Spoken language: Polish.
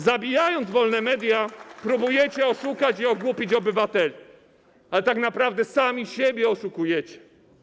Zabijając wolne media, próbujecie oszukać i ogłupić obywateli, ale tak naprawdę sami siebie oszukujecie.